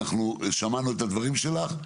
שמענו את הדברים שלך,